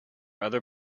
other